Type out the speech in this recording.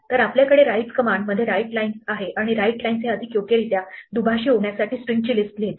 तर आपल्याकडे write command मध्ये writelines आहे आणि writelines हे अधिक योग्यरित्या दुभाषी होण्यासाठी स्ट्रिंग ची लिस्ट लिहिते